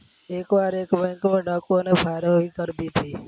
एक बार एक बैंक में डाकुओं ने फायरिंग भी कर दी थी